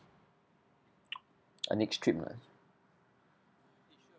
a next trip ah